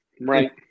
Right